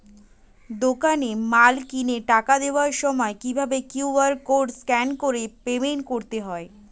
দোকানে মাল কিনে টাকা দেওয়ার সময় কিভাবে কিউ.আর কোড স্ক্যান করে পেমেন্ট করতে হয়?